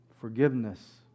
Forgiveness